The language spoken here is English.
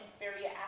inferior